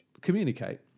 communicate